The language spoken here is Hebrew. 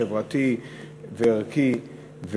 חברתי וערכי,